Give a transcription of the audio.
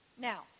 Now